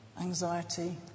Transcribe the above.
anxiety